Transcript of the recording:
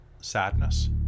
sadness